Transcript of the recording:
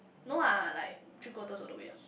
no ah like three quarters of the way up